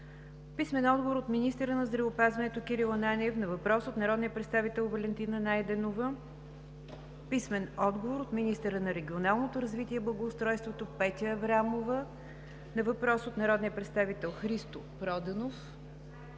Найденова; - министъра на здравеопазването Кирил Ананиев на въпрос от народния представител Валентина Найденова; - министъра на регионалното развитие и благоустройството Петя Аврамова на въпрос от народния представител Христо Проданов;